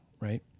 right